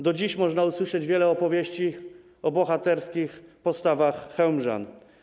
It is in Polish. Do dziś można usłyszeć wiele opowieści o bohaterskich postawach chełmżan.